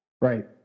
right